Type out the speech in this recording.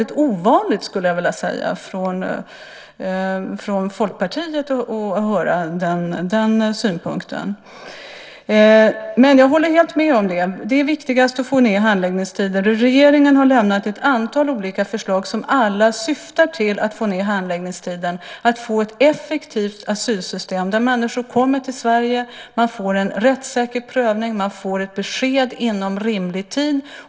Det är ovanligt att höra den synpunkten från Folkpartiet. Jag håller helt med om att det viktigaste är att få ned handläggningstiderna. Regeringen har lämnat förslag som alla syftar till att få ned handläggningstiderna, att få ett effektivt asylsystem, där människor som kommer till Sverige får en rättssäker prövning och får ett besked inom rimlig tid.